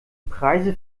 preise